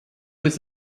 with